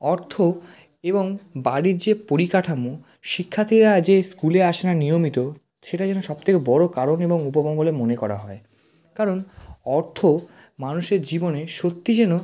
অর্থ এবং বাড়ির যে পরিকাঠামো শিক্ষার্থীরা যে স্কুলে আসে না নিয়মিত সেটা যেন সব থেকে বড়ো কারণ এবং উপমা বলে মনে করা হয় কারণ অর্থ মানুষের জীবনে সত্যি যেন